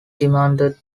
demanded